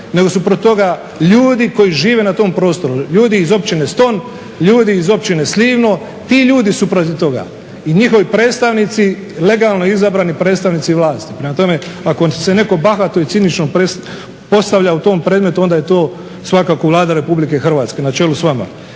nego su protiv toga ljudi koji žive na tom prostoru, ljudi iz općine Ston, ljudi iz općine Slivno. Ti ljudi su protiv toga i njihovi predstavnici legalno izabrani predstavnici vlasti. Prema tome, ako će vam se netko bahato i cinično plesti, postavlja u tom predmetu onda je to svakako Vlada Republike Hrvatske na čelu sa vama.